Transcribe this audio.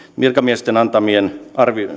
virkamiesten antamien